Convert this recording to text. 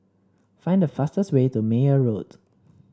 find the fastest way to Meyer Road